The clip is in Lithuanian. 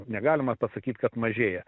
negalima pasakyt kad mažėja